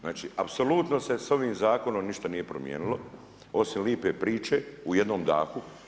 Znači apsolutno se sa ovim zakonom ništa nije promijenilo osim lijepe priče u jednom dahu.